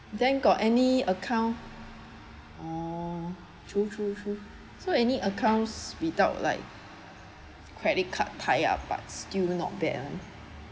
then got any account oh true true true so any accounts without like credit card tier up but still not balance